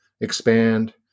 expand